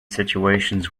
situations